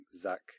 Zach